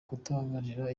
kutababarira